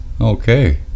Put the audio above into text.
Okay